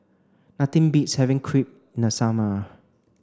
nothing beats having Crepe in the summer